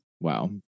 Wow